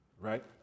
right